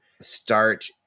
start